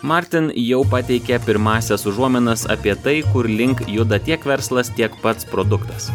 martin jau pateikė pirmąsias užuominas apie tai kurlink juda tiek verslas tiek pats produktas